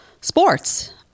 sports